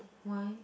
why